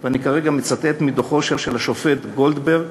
ואני מצטט מדוח השופט גולדברג: